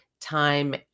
time